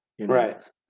Right